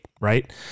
right